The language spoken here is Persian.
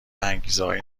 انگیزههای